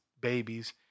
babies